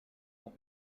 will